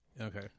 Okay